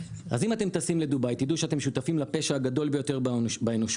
אז אם אתם טסים לדובאי תדעו שאתם שותפים לפשע הגדול ביותר באנושות,